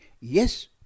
yes